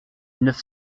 neuf